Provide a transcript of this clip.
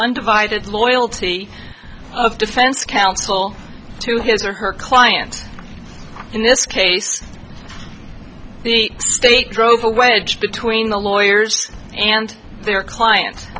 undivided loyalty of defense counsel to his or her clients in this case the state drove a wedge between the lawyers and their client